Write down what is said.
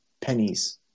pennies